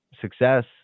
success